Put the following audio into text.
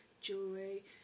jewelry